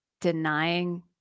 denying